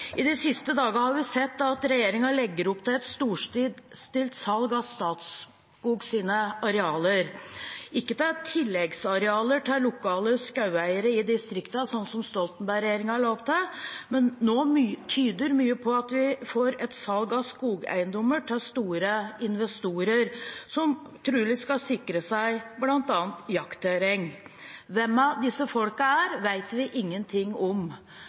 et storstilt salg av Statskog sine arealer – ikke til tilleggsarealer til lokale skogeiere i distriktene, sånn som Stoltenberg-regjeringen la opp til, men nå tyder mye på at vi får et salg av skogeiendommer til store investorer som trolig skal sikre seg bl.a. jaktterreng. Hvem disse folka er, vet vi ingenting om.